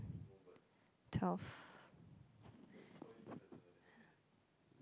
twelve